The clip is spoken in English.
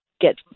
get